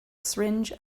syringe